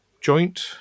joint